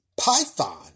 Python